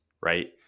Right